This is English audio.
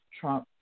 Trump